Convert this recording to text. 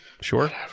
Sure